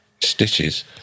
stitches